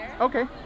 Okay